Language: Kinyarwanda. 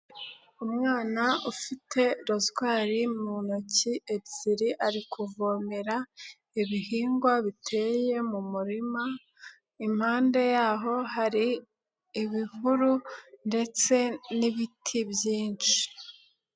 Umwana ufite rozwari mu ntoki ebyiri ari kuvomera ibihingwa biteye mu murima, impande yaho hari ibihuru ndetse n'ibiti byinshi.